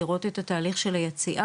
לראות את התהליך של היציאה,